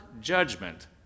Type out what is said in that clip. judgment